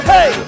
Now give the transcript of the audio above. Hey